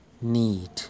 need